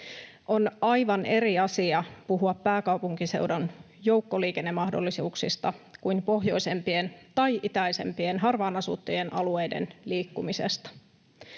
On aivan eri asia puhua pääkaupunkiseudun joukkoliikennemahdollisuuksista kuin pohjoisempien tai itäisempien, harvaan asuttujen alueiden liikkumisesta.